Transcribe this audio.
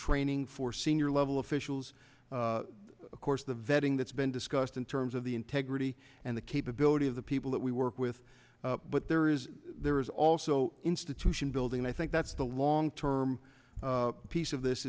training for senior level officials of course the vetting that's been discussed in terms of the integrity and the capability of the people that we work with but there is there is also institution building i think that's the long term piece of this